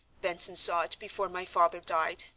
benson saw it before my father died,